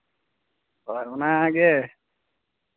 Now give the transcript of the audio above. ᱟᱨ ᱚᱱᱟᱜᱮ